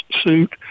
suit